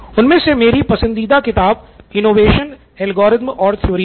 उनमे से मेरी पसंदीदा किताब इनोवेशन अल्गोरिथम और थ्योरी है